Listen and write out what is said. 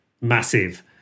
massive